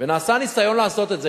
ונעשה ניסיון לעשות את זה.